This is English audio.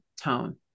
tone